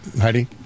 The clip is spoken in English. Heidi